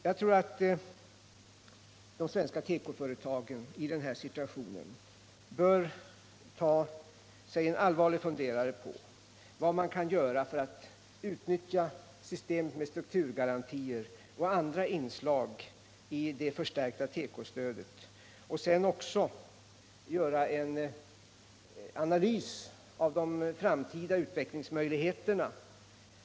Jag tycker att de svenska tekoföretagen i den situationen bör ta sig en allvarlig funderare på vad de kan göra för att utnyttja systemet med strukturgarantier och andra inslag i det förstärkta tekostödet och sedan också göra en analys av de framtida utvecklingsmöjligheterna.